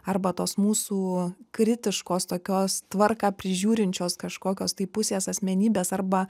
arba tos mūsų kritiškos tokios tvarką prižiūrinčios kažkokios tai pusės asmenybės arba